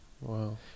Wow